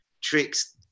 tricks